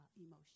emotion